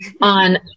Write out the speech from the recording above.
on